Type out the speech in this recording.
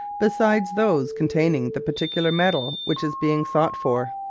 besides those containing the particular metal which is being sought for.